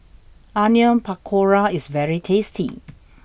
Onion Pakora is very tasty